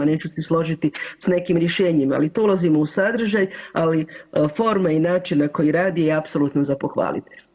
Neću se složiti sa nekim rješenjima, ali ulazimo u sadržaj, ali forma i način na koji radi je apsolutno za pohvaliti.